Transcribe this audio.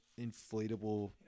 inflatable